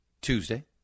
Tuesday